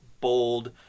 bold